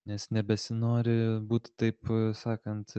nes nebesinori būt taip sakant